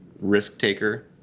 risk-taker